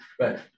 right